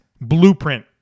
blueprint